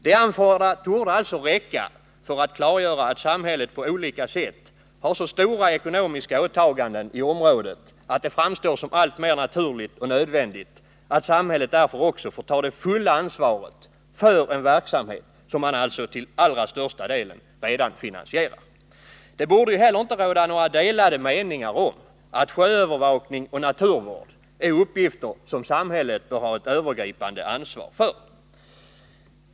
Det anförda torde räcka för att klargöra att samhället på olika sätt har så stora ekonomiska åtaganden i området att det framstår som alltmer naturligt och nödvändigt att samhället därför också får ta det fulla ansvaret för en verksamhet som man alltså till allra största delen redan finansierar. Det borde ju heller inte råda några delade meningar om att sjöövervakning och naturvård är uppgifter som samhället bör ha ett övergripande ansvar för.